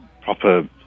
proper